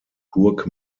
burg